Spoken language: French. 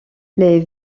les